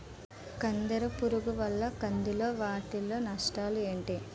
కత్తెర పురుగు వల్ల కంది లో వాటిల్ల నష్టాలు ఏంటి